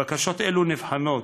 בקשות אלו נבחנות,